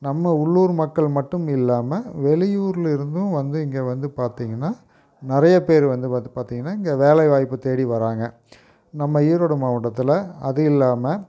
நம்ம உள்ளூர் மக்கள் மட்டும் இல்லாமல் வெளியூரில் இருந்தும் வந்து இங்கே வந்து பார்த்திங்கன்னா நிறையா பேர் வந்து பாத் பார்த்திங்கன்னா இங்கே வேலைவாய்ப்பு தேடி வராங்க நம்ம ஈரோடு மாவட்டத்தில் அதுவும் இல்லாமல்